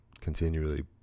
continually